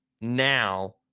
now